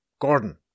Gordon